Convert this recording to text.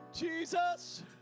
Jesus